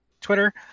Twitter